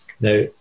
Now